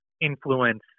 influence